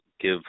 give